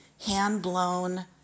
hand-blown